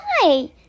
hi